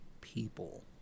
people